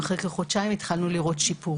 אחרי חודשיים התחלנו לראות שיפור.